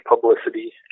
publicity